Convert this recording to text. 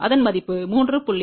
அதன் மதிப்பு 3